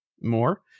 more